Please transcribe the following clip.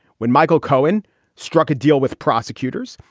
when michael cohen struck a deal with prosecutors,